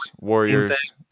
warriors